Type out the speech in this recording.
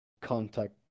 contact